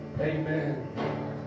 Amen